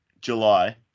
July